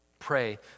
Pray